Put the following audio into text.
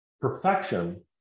Perfection